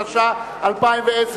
התש"ע 2010,